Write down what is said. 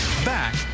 Back